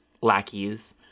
lackeys